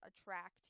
attract